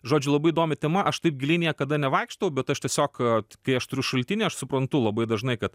žodžiu labai įdomi tema aš taip giliai niekada nevaikštau bet aš tiesiog kad kai aš turiu šaltinį aš suprantu labai dažnai kad